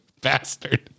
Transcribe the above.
Bastard